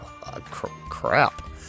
Crap